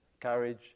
Courage